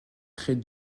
très